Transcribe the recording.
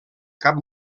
cap